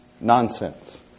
nonsense